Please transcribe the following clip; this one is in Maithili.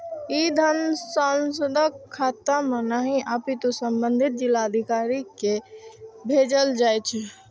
ई धन सांसदक खाता मे नहि, अपितु संबंधित जिलाधिकारी कें भेजल जाइ छै